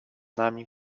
nami